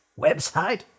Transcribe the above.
Website